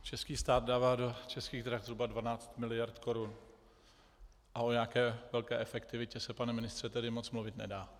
Český stát dává do Českých drah zhruba 12 miliard korun a o nějaké velké efektivitě se, pane ministře, tedy moc mluvit nedá.